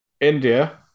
India